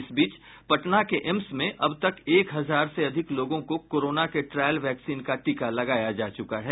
इस बीच पटना के एम्स में अब तक एक हजार से अधिक लोगों को कोरोना के ट्रायल वैक्सीन का टीका लगाया जा चुका है